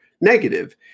negative